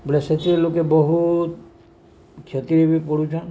ବେଲେ ସେଥି ଲୋକେ ବହୁତ୍ କ୍ଷତିରେ ବି ପଡ଼ୁଛନ୍